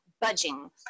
budging